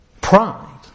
pride